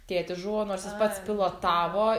tėtis žuvo nors jis pats pilotavo